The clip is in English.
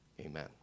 Amen